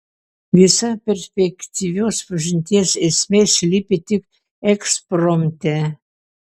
visa perspektyvios pažinties esmė slypi tik ekspromte